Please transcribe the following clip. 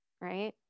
right